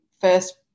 first